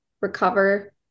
recover